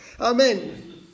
Amen